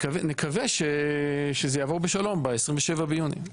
נקווה שזה יעבור בשלום ב-27 ביוני.